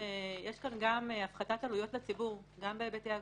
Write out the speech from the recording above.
יש כאן גם הפחתת עלויות לציבור, גם בהיבטי אגרות.